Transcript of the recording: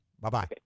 Bye-bye